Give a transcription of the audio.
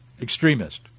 Extremist